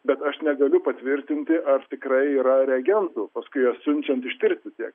bet aš negaliu patvirtinti ar tikrai yra reagentų paskui juos siunčiant ištirti tiek